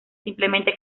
simplemente